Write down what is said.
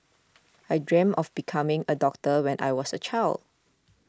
I dreamt of becoming a doctor when I was a child